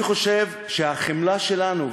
אני חושב שהחמלה שלנו,